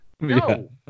No